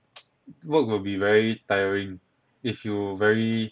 work will be very tiring if you very